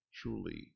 truly